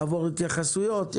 יעבור התייחסויות.